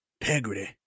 integrity